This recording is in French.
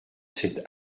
cet